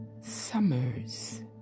Summers